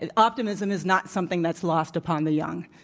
and optimism is not something that's lost upon the young,